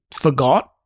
forgot